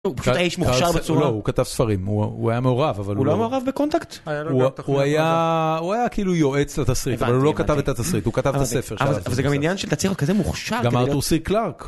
הוא פשוט היה איש מוכשר בצורה, הוא כתב ספרים, הוא היה מעורב, אבל הוא לא מעורב בקונטקט, הוא היה כאילו יועץ לתסריט, אבל הוא לא כתב את התסריט, הוא כתב את הספר, אבל זה גם עניין של תציר כזה מוכשר, גם התורסי קלארק